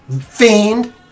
fiend